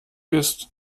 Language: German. ist